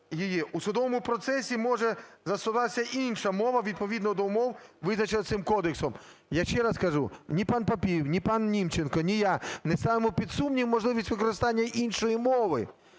"У судовому процесі може застосовуватися інша мова, відповідно до умов, визначених цим кодексом". Я ще раз кажу, ні пан Папієв, ні пан Німченко, ні я не ставимо під сумнів можливість використання іншої мови,